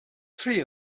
three